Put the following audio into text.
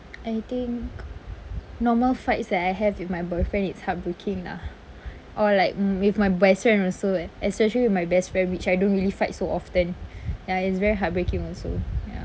I think normal fights that I have with my boyfriend is heartbreaking lah or like um with my best friend also eh especially with my best friend which I don't really fight so often ya it's very heartbreaking also ya